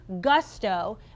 gusto